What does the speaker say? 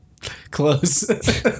Close